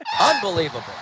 Unbelievable